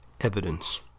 evidence